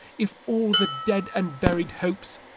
if all the dead and buried hopes,